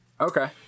Okay